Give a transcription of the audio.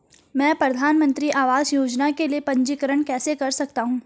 मैं प्रधानमंत्री आवास योजना के लिए पंजीकरण कैसे कर सकता हूं?